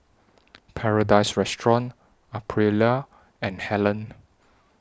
Paradise Restaurant Aprilia and Helen